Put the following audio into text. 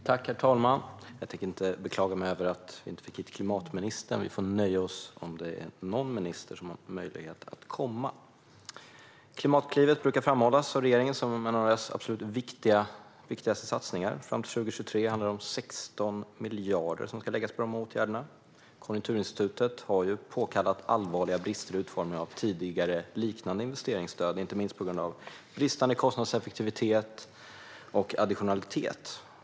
Herr talman! Jag tänker inte beklaga mig över att klimatministern inte kom hit. Vi får nöja oss med att någon minister har möjlighet att komma hit. Klimatklivet brukar framhållas av regeringen som de absolut viktigaste satsningarna fram till 2023. Det handlar om 16 miljarder som ska läggas på de åtgärderna. Konjunkturinstitutet har ju påtalat allvarliga brister vid utformning av tidigare liknande investeringsstöd, inte minst på grund av bristande kostnadseffektivitet och additionalitet.